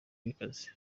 bikaze